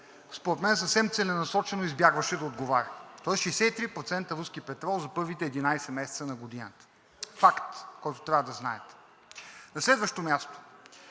според мен съвсем целенасочено избягваше да отговори, тоест 63% руски петрол за първите единадесет месеца на годината. Факт, който трябва да знаете. На следващо място,